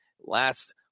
last